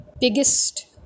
biggest